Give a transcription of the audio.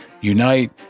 unite